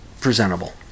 presentable